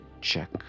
check